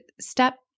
step